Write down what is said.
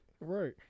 Right